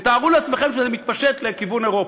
ותארו לעצמכם שזה מתפשט לכיוון אירופה,